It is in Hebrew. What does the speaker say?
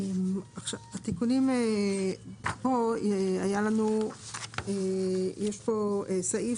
יש פה את סעיף